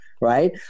Right